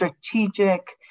strategic